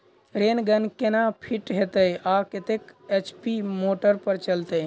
Rain gun केना fit हेतइ आ कतेक एच.पी मोटर पर चलतै?